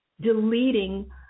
deleting